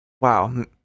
Wow